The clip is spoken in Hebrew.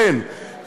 כן,